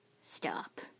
stop